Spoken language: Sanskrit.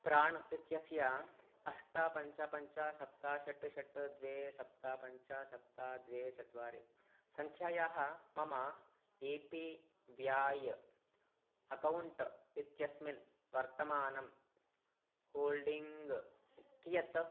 प्राण् इत्यस्य अष्ट पञ्च पञ्च सप्त षट् षट् द्वे सप्त पञ्च सप्त द्वे चत्वारि सङ्ख्यायाः मम ए पी व्याय् अक्कौण्ट् इत्यस्मिन् वर्तमानं होल्डिङ्ग् कियत्